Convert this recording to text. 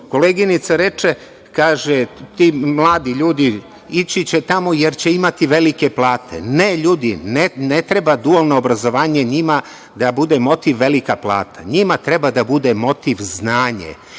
Srbiju. Koleginica reče, kaže – ti mladi ljudi ići će tamo, jer će imati velike plate. Ne, ljudi, ne treba dualno obrazovanje njima da bude motiv velika plata, njima treba da bude motiv znanje.